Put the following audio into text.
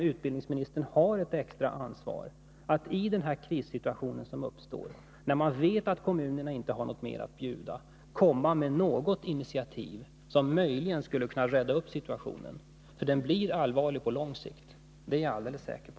Utbildningsministern har ett extra ansvar i den krissituation som uppstår, när man vet att kommunerna inte har något mer att bjuda, att komma med något initiativ som möjligen skulle kunna rädda situationen. Den blir nämligen allvarlig på lång sikt — det är jag helt säker på.